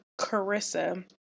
Carissa